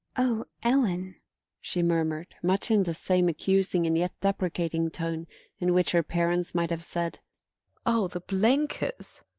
oh, ellen she murmured, much in the same accusing and yet deprecating tone in which her parents might have said oh, the blenkers.